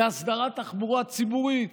בהסדרת תחבורה ציבורית,